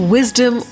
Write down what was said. Wisdom